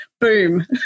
boom